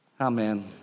Amen